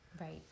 right